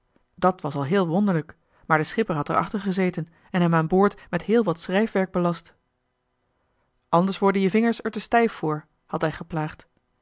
dat was al heel wonderlijk maar de schipper had er achter gezeten en hem aan boord met heel wat schrijfwerk belast anders worden je vingers er te stijf voor had hij geplaagd